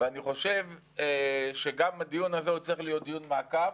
ואני חושב שגם לדיון הזה עוד צריך להיות דיון מעקב.